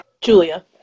Julia